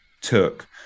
took